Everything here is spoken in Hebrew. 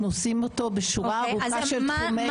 אנחנו עושים אותו בשורה ארוכה של תחומי עיסוק.